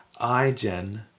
iGen